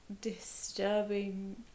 disturbing